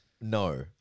No